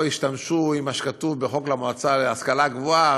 השתמשו במה שכתוב בחוק המועצה להשכלה גבוהה,